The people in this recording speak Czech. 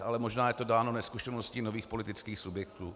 Ale možná je to dáno nezkušeností nových politických subjektů.